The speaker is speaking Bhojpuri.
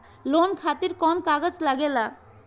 लोन खातिर कौन कागज लागेला?